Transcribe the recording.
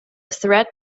threat